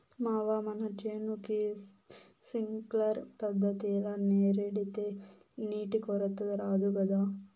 మావా మన చేనుకి సింక్లర్ పద్ధతిల నీరెడితే నీటి కొరత రాదు గదా